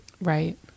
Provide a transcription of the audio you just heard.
Right